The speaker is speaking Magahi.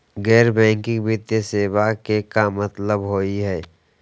गैर बैंकिंग वित्तीय सेवाएं के का मतलब होई हे?